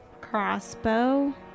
crossbow